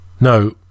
NO